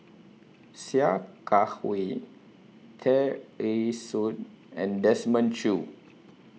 Sia Kah Hui Tear Ee Soon and Desmond Choo